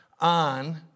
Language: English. on